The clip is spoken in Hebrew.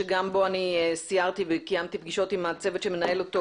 שגם בו אני סיירתי וקיימתי פגישות עם הצוות שמנהל אותו,